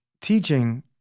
teaching